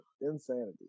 Insanity